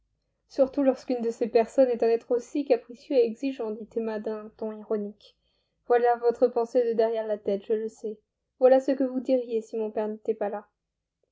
surtout lorsqu'une de ces personnes est un être aussi capricieux et exigeant dit emma d'un ton ironique voilà votre pensée de derrière la tête je le sais voilà ce que vous diriez si mon père n'était pas là